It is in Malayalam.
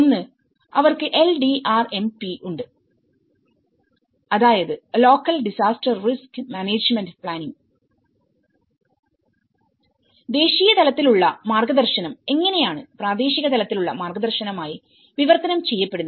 ഒന്ന് അവർക്ക് LDRMP ഉണ്ട്അതായത് local disaster risk management planning ദേശീയ തലത്തിലുള്ള മാർഗദർശനം എങ്ങനെയാണ് പ്രാദേശിക തലത്തിലുള്ള മാർഗ്ഗദർശനം ആയി ന് വിവർത്തനം ചെയ്യപ്പെടുന്നത്